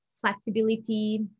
flexibility